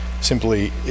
simply